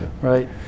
Right